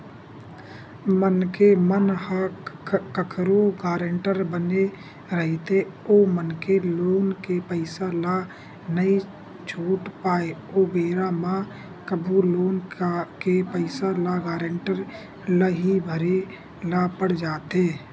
मनखे मन ह कखरो गारेंटर बने रहिथे ओ मनखे लोन के पइसा ल नइ छूट पाय ओ बेरा म कभू लोन के पइसा ल गारेंटर ल ही भरे ल पड़ जाथे